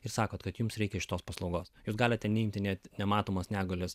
ir sakot kad jum reikia šitos paslaugos jūs galite neimti net nematomos negalios